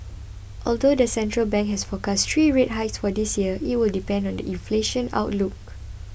although the central bank has forecast three rate hikes for this year it will depend on the inflation outlook